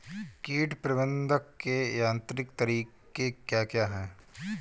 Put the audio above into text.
कीट प्रबंधक के यांत्रिक तरीके क्या हैं?